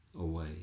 away